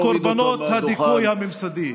וכל קורבנות הדיכוי הממסדי.